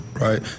right